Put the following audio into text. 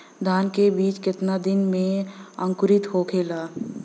धान के बिज कितना दिन में अंकुरित होखेला?